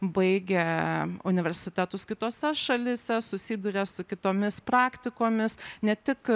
baigę universitetus kitose šalyse susiduria su kitomis praktikomis ne tik